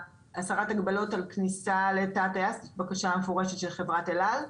הסרת המגבלות על כניסה לתא הטייס הייתה בקשה מפורשת של חברת אל על.